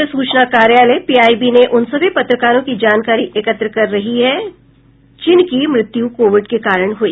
पत्र सूचना कार्यालय पीआईबी ने उन सभी पत्रकारों की जानकारी एकत्र कर रहा है जिनकी मृत्यु कोविड के कारण हुई